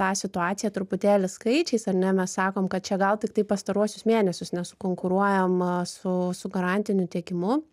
tą situaciją truputėlį skaičiais ar ne mes sakom kad čia gal tiktai pastaruosius mėnesius nesukonkuruojama su su garantiniu tiekimu